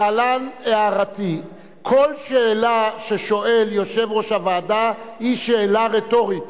להלן הערתי: כל שאלה ששואל יושב-ראש הוועדה היא רטורית.